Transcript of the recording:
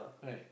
right